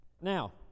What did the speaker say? Now